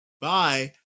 bye